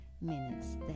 minutes